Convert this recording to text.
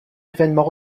événement